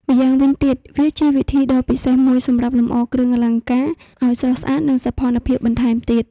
ម្យ៉ាងវិញទៀតវាជាវិធីដ៏ពិសេសមួយសម្រាប់លម្អគ្រឿងអលង្ការឲ្យស្រស់ស្អាតនិងសោភ័ណភាពបន្ថែមទៀត។